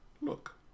look